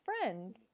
friends